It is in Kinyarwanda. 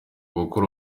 bakora